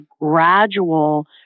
gradual